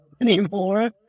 anymore